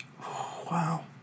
Wow